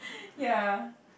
ya